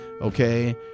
Okay